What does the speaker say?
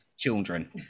children